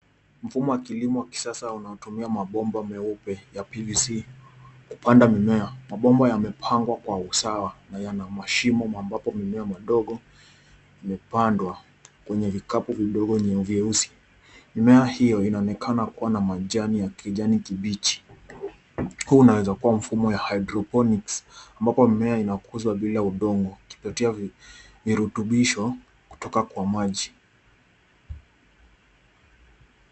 Mfumo wa kilimo wa kisasa unaotumia mabomba meupe ya PVC kupanda mimea. Mabomba yamepangwa kwa usawa na yana mashimo ambapo mimea madogo imepandwa kwenye vikapo vidogo nyeusi. Mimea hio inaonekana kuwa na majnai ya kijani kibichi. Huu unawezakuwa mfumo wa hydrophonics ambapo mimea inakuzwa bila udongo ikipokea virutubisho kutoka kwa maji.